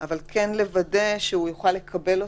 אבל כן צריך לוודא שהוא יוכל לקבל אותם,